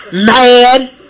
mad